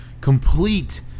complete